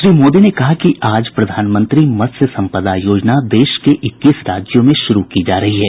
श्री मोदी ने कहा कि आज प्रधानमंत्री मत्स्य संपदा योजना देश के इक्कीस राज्यों में शुरू की जा रही है